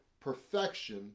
perfection